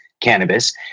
cannabis